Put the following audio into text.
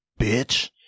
bitch